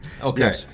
okay